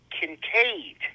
Kincaid